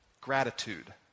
Gratitude